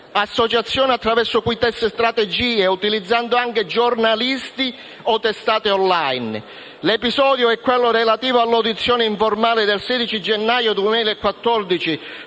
«Posidonia», attraverso cui tesse strategie, utilizzando anche giornalisti o testate *on line*. L'episodio è quello relativo all'audizione informale del 16 gennaio 2014